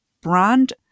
brand